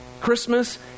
Christmas